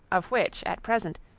of which, at present,